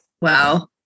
Wow